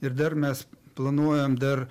ir dar mes planuojam dar